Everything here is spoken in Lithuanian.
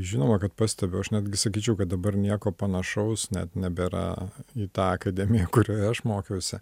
žinoma kad pastebiu aš netgi sakyčiau kad dabar nieko panašaus net nebėra į tą akademiją kurioje aš mokiausi